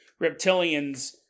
reptilians